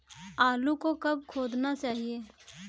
आलू को कब खोदना चाहिए?